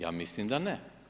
Ja mislim da ne.